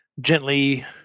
gently